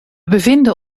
bevinden